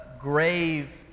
grave